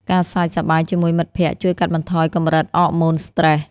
ការសើចសប្បាយជាមួយមិត្តភក្តិ ជួយកាត់បន្ថយកម្រិតអរម៉ូនស្ត្រេស។